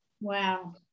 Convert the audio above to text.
Wow